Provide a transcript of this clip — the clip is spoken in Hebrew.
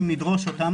אם נדרוש אותם,